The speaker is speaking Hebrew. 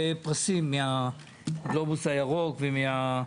העברתי המון חוקים בנושא הגנת הסביבה.